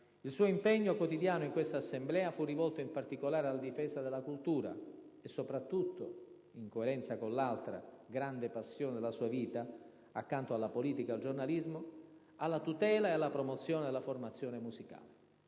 il suo impegno quotidiano in quest'Assemblea fu rivolto in particolare alla difesa della cultura, e soprattutto - in coerenza con l'altra, grande passione della sua vita, accanto alla politica ed al giornalismo - alla tutela ed alla promozione della formazione musicale.